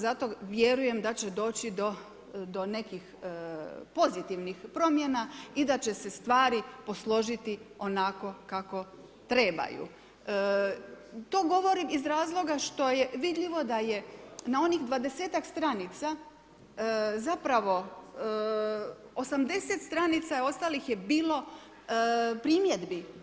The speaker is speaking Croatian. Zato vjerujem da će doći do nekih pozitivnih promjena i da će se stvari posložiti onako kako trebaju, to govorim iz razloga što je vidljivo da je na onih 20-tak stranica zapravo 80 stranica ostalih je bilo primjedbi.